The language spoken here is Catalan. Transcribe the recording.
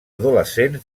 adolescents